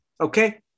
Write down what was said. Okay